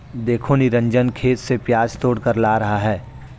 देखो निरंजन खेत से प्याज तोड़कर ला रहा है